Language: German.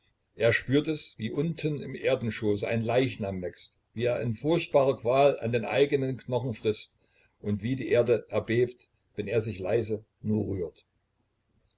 er spürt es wie unten im erdenschoße ein leichnam wächst wie er in furchtbarer qual an den eigenen knochen frißt und wie die erde erbebt wenn er sich leise nur rührt